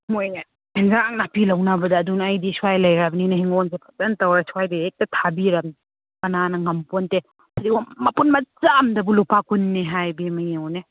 ꯃꯣꯏꯅ ꯌꯦꯟꯁꯥꯡ ꯅꯥꯄꯤ ꯂꯧꯅꯕꯗ ꯑꯗꯨꯅ ꯑꯩꯗꯤ ꯁ꯭ꯋꯥꯏꯗ ꯂꯩꯔꯕꯅꯤꯅ ꯍꯤꯡꯒꯣꯟꯁꯦ ꯐꯖꯅ ꯇꯧꯔꯦ ꯁ꯭ꯋꯥꯏꯗꯒꯤ ꯍꯦꯛꯇ ꯊꯥꯕꯤꯔꯕꯅꯤ ꯀꯅꯥꯅ ꯉꯝꯄꯣꯟꯇꯦ ꯐꯗꯤꯒꯣꯝ ꯃꯄꯨꯜ ꯃꯆꯥ ꯑꯃꯗꯕꯨ ꯂꯨꯄꯥ ꯀꯨꯟꯅꯤ ꯍꯥꯏ ꯏꯕꯦꯝꯃ ꯌꯦꯡꯉꯨꯅꯦ